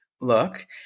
look